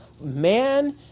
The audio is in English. man